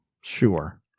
Sure